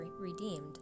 redeemed